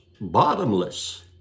bottomless